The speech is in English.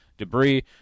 Debris